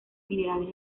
minerales